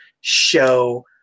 show